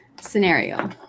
scenario